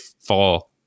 fall